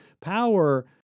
power